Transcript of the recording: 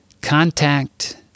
Contact